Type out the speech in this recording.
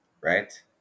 Right